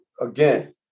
again